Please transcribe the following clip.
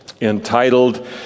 entitled